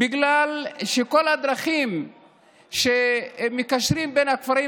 בגלל שכל הדרכים שמקשרות בין הכפרים